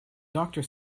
doctor